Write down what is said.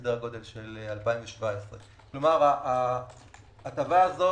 לסדרי הגודל של 2017. כלומר ההטבה הזו